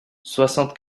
soixante